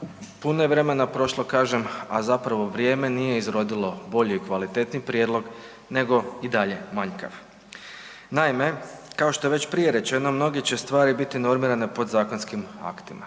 puno je vremena prošlo kažem, a zapravo vrijeme nije izrodilo bolji i kvalitetniji prijedlog nego je i dalje manjkav. Naime, kao što je već prije rečeno mnoge će stvari biti normirane podzakonskim aktima.